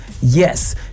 yes